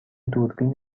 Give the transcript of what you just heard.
دوربین